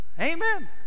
Amen